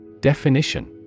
Definition